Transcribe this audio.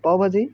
পাও ভাজি